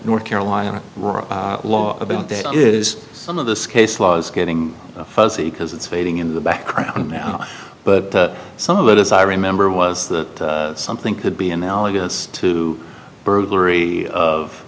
north carolina law about that is some of this case law is getting fuzzy because it's fading into the background now but some of it as i remember was that something could be analogous to a burglary of